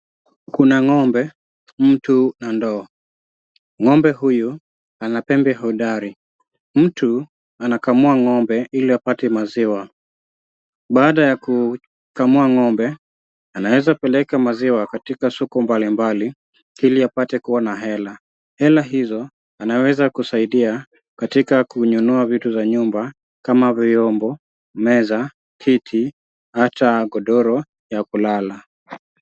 Kuna ng'ombe, mtu na ndoo. Ng'ombe huyu ana pembe hodari. Mtu anakamua ng'ombe ili apate maziwa, baada ya kukamua ng'ombe anaweza peleka maziwa katika soko mbalimbali ili apate kuona hela, hela hizo anaweza kusaidia katika kununua vitu za nyumba kama vyombo, meza, kiti hata godoro ya kulala.